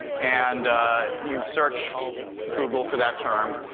and you search google for that term,